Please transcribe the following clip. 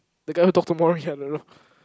the guy who talk to Morrie I don't know